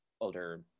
older